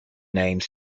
name